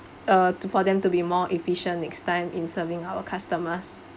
uh to for them to be more efficient next time in serving our customers